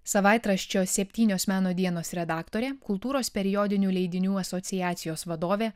savaitraščio septynios meno dienos redaktorė kultūros periodinių leidinių asociacijos vadovė